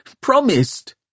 promised